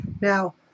Now